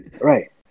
Right